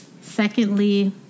secondly